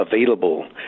available